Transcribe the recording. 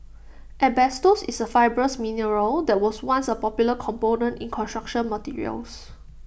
asbestos is A fibrous mineral that was once A popular component in construction materials